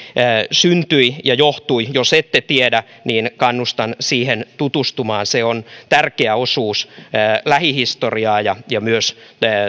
syntyi ja johtui jos ette tiedä niin kannustan siihen tutustumaan se on tärkeä osuus lähihistoriaa ja ja myös